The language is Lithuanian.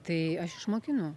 tai aš išmokinu